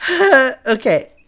okay